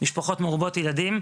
משפחות מרובות ילדים,